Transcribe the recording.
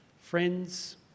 friends